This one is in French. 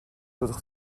autres